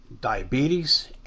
diabetes